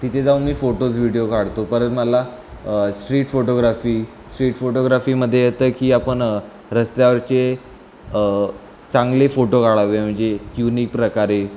तिथे जाऊन मी फोटोज विडिओ काढतो परत मला स्ट्रीट फोटोग्राफी स्ट्रीट फोटोग्राफीमध्ये येतं की आपण रस्त्यावरचे चांगले फोटो काढावे म्हणजे युनिक प्रकारे